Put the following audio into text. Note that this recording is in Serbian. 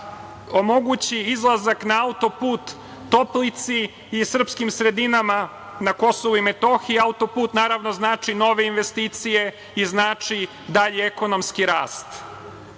omogući izlazak na autoput Toplici i srpskim sredinama na Kosovu i Metohiji, autoput znači nove investicije i znači dalji ekonomski rast. Ja